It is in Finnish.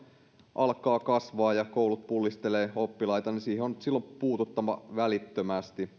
alkavat kasvaa ja koulut pullistelevat oppilaita siihen on silloin puututtava välittömästi